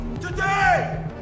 Today